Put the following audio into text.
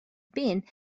been